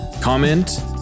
comment